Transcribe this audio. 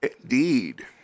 Indeed